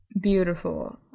Beautiful